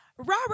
Robert